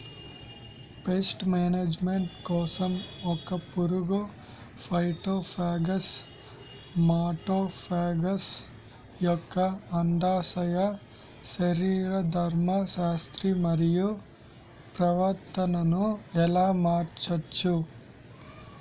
Paste management కోసం ఒక పురుగు ఫైటోఫాగస్హె మటోఫాగస్ యెక్క అండాశయ శరీరధర్మ శాస్త్రం మరియు ప్రవర్తనను ఎలా మార్చచ్చు?